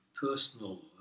personal